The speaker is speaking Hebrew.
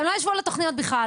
הם לא ישבו על התכניות בכלל,